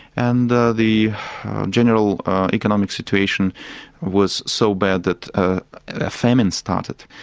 and the the general economic situation was so bad that a famine started.